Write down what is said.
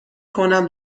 کنم